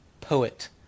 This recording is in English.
poet